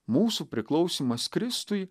mūsų priklausymas kristui